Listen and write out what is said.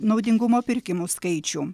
naudingumo pirkimų skaičių